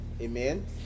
Amen